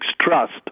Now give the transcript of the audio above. trust